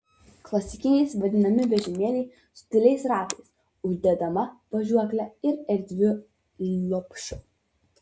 klasikiniais vadinami vežimėliai su dideliais ratais uždedama važiuokle ir erdviu lopšiu